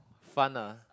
fun ah